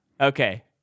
Okay